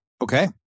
Okay